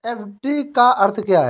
FD का अर्थ क्या है?